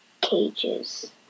Cages